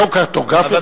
"גיאוקרטוגרפיה" מוזמן?